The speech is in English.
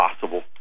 possible